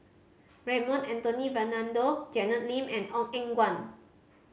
Raymond Anthony Fernando Janet Lim and Ong Eng Guan